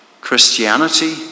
Christianity